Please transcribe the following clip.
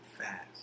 fast